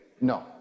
No